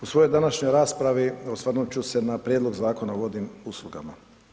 U svojoj današnjoj raspravi osvrnut ću se na prijedlog Zakona o vodnim uslugama.